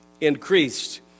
increased